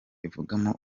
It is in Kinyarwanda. ivugamo